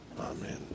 Amen